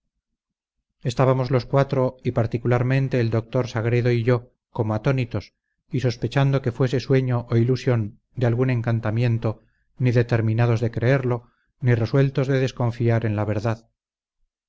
estábamos los cuatro y particularmente el doctor sagredo y yo como atónitos y sospechando que fuese sueño o ilusión de algún encantamiento ni determinados de creerlo ni resueltos de desconfiar en la verdad